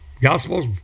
Gospels